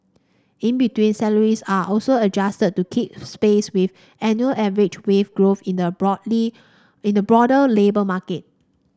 in between salaries are also adjusted to keep space with annual average wage growth in the in the broader labour market